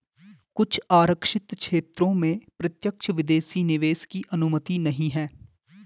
कुछ आरक्षित क्षेत्रों में प्रत्यक्ष विदेशी निवेश की अनुमति नहीं है